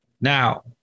Now